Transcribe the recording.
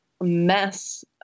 mess